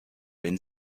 wenn